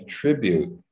tribute